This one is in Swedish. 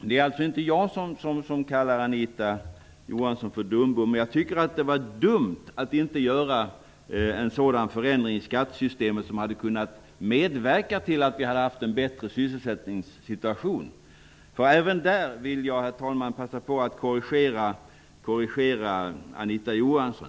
Det är alltså inte jag som kallar Anita Johansson för dumbom, men jag tycker att det var dumt att inte genomföra en förändring i skattesystemet som hade kunnat medverka till en bättre sysselsättningssituation. Även på den punkten vill jag, herr talman, passa på att korrigera Anita Johansson.